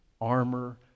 armor